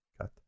Cut